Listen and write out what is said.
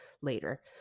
later